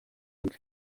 bwe